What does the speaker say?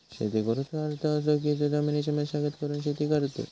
शेती करुचो अर्थ असो की जो जमिनीची मशागत करून शेती करतत